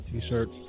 T-shirt